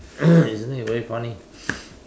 isn't it very funny